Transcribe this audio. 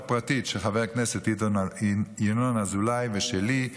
פרטית של חבר הכנסת ינון אזולאי ושלי,